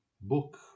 book